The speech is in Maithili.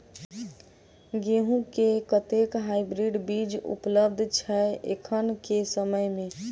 गेंहूँ केँ कतेक हाइब्रिड बीज उपलब्ध छै एखन केँ समय मे?